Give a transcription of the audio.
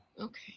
Okay